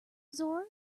zora